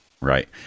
right